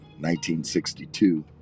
1962